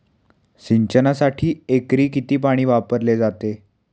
सिंचनासाठी एकरी किती पाणी वापरले जाते?